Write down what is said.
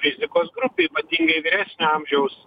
rizikos grupių ypatingai vyresnio amžiaus